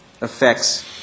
affects